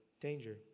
danger